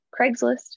Craigslist